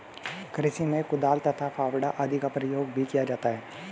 कृषि में कुदाल तथा फावड़ा आदि का प्रयोग भी किया जाता है